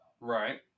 Right